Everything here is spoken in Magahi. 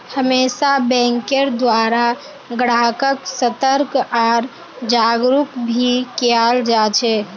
हमेशा बैंकेर द्वारा ग्राहक्क सतर्क आर जागरूक भी कियाल जा छे